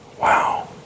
Wow